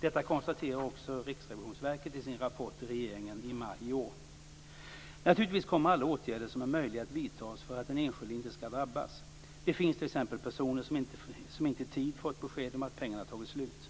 Detta konstaterar också Riksrevisionsverket i sin rapport till regeringen i maj i år. Naturligtvis kommer alla åtgärder som är möjliga att vidtas för att den enskilde inte ska drabbas. Det finns t.ex. personer som inte i tid fått besked om att pengarna har tagit slut.